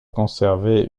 conservé